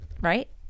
Right